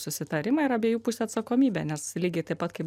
susitarimą ir abiejų pusių atsakomybę nes lygiai taip pat kaip